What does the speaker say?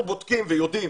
אנחנו בודקים ויודעים